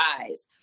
eyes